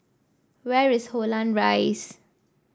where is Holland Rise